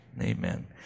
Amen